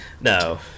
No